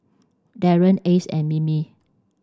Darrien Ace and Mimi